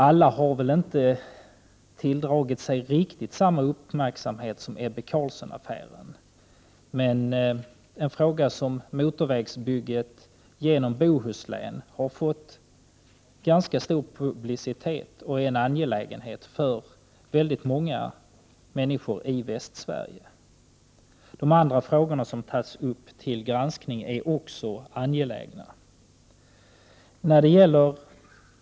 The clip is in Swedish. Alla har väl inte tilldragit sig riktigt samma uppmärksamhet som Ebbe Carlsson-affären, men frågan om motorvägsbygget genom Bohuslän har fått ganska stor publicitet och är en angelägenhet för ett stort antal människor i Västsverige. Också de andra frågor som har tagits upp till granskning är angelägna.